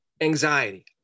anxiety